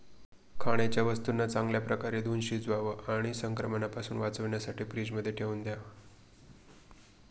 खाण्याच्या वस्तूंना चांगल्या प्रकारे धुवुन शिजवावं आणि संक्रमणापासून वाचण्यासाठी फ्रीजमध्ये ठेवून द्याव